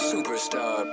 Superstar